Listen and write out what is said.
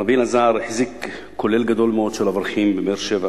רבי אלעזר החזיק כולל גדול מאוד של אברכים בבאר-שבע,